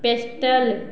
pestle